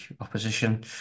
opposition